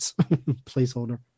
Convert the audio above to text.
placeholder